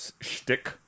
shtick